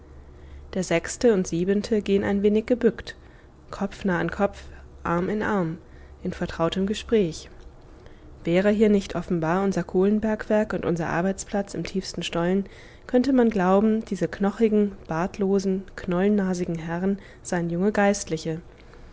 der sechste und siebente gehen ein wenig gebückt kopf nah an kopf arm in arm in vertrautem gespräch wäre hier nicht offenbar unser kohlenbergwerk und unser arbeitsplatz im tiefsten stollen könnte man glauben diese knochigen bartlosen knollennasigen herren seien junge geistliche